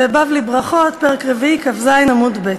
בבלי, ברכות, פרק רביעי, כ"ז עמוד ב'.